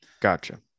gotcha